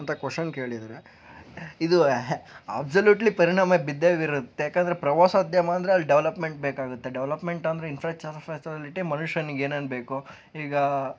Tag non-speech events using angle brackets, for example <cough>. ಅಂತ ಕೊಶ್ಶನ್ ಕೇಳಿದರೆ ಇದು ಅಬ್ಸಲೂಟ್ಲಿ ಪರಿಣಾಮ ಬಿದ್ದೇ ಬೀರುತ್ತೆ ಏಕೆಂದ್ರೆ ಪ್ರವಾಸೋದ್ಯಮ ಅಂದರೆ ಅಲ್ಲಿ ಡೆವಲಪ್ಮೆಂಟ್ ಬೇಕಾಗುತ್ತೆ ಡೆವಲಪ್ಮೆಂಟ್ ಅಂದರೆ <unintelligible> ಮನುಷ್ಯನಿಗೆ ಏನೇನು ಬೇಕೊ ಈಗ